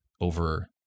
over